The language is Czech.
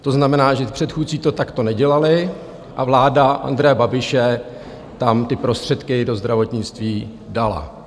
To znamená, že předchůdci to takto nedělali, a vláda Andreje Babiše tam ty prostředky do zdravotnictví dala.